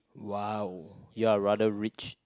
wow you are rather rich